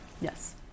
Yes